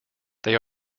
they